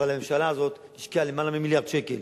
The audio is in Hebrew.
אבל הממשלה הזאת השקיעה למעלה ממיליארד שקלים